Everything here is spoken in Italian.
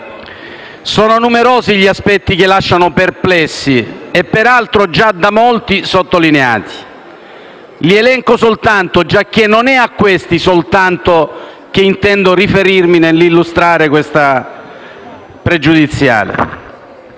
Sono numerosi gli aspetti che lasciano perplessi, peraltro già da molti sottolineati. Li elenco soltanto giacché non è solo a questi che intendo riferirmi nell'illustrare questa pregiudiziale.